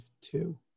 two